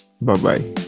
bye-bye